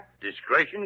Discretion